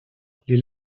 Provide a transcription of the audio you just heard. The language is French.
les